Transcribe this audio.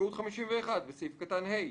הסתייגות 51: בסעיף קטן (ה),